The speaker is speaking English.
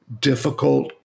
difficult